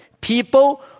People